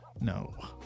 No